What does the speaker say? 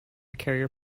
carrier